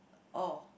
oh